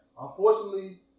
Unfortunately